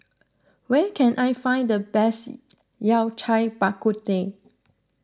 where can I find the best Yao Cai Bak Kut Teh